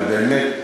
אבל באמת,